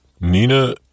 Nina